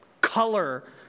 color